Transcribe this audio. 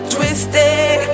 Twisted